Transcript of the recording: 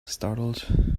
startled